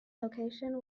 location